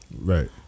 Right